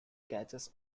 catches